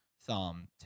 Thumb